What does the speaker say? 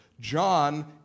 John